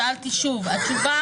שאל היושב ראש לגבי עין גדי,